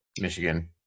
Michigan